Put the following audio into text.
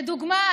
לדוגמה,